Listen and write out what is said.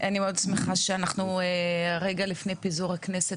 אני מאוד שמחה שאנחנו רגע לפני פיזור הכנסת